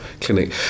clinic